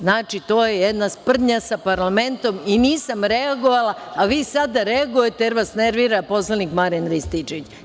Znači, to je jedna sprdnja sa parlamentom i nisam reagovala, a vi sada reagujete jer vas nervira poslanik Marijan Rističević.